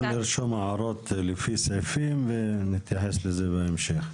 אפשר לרשום הערות לפי סעיפים, ונתייחס לזה בהמשך.